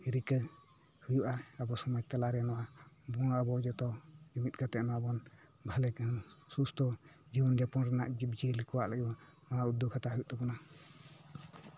ᱨᱤᱠᱟᱹ ᱦᱩᱭᱩᱜᱼᱟ ᱟᱵᱚ ᱥᱚᱢᱟᱡᱽ ᱛᱟᱞᱟᱨᱮ ᱱᱚᱣᱟ ᱵᱚᱸᱜᱟ ᱵᱳᱨᱳ ᱡᱚᱛᱚ ᱡᱩᱢᱤᱫ ᱠᱟᱛᱮᱜ ᱚᱱᱟ ᱵᱚᱱ ᱵᱷᱟᱞᱮ ᱥᱩᱥᱛᱷᱚ ᱡᱤᱵᱚᱱ ᱡᱟᱯᱚᱱ ᱨᱮᱭᱟᱜ ᱡᱤᱵᱽ ᱡᱤᱭᱟᱹᱞᱤ ᱠᱚᱣᱟᱜ ᱞᱟᱹᱜᱤᱫ ᱩᱫᱽᱫᱳᱜ ᱦᱟᱴᱟᱣ ᱦᱩᱭᱩᱜ ᱛᱟᱵᱚᱱᱟ